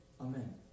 Amen